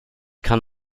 kann